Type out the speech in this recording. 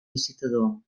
licitador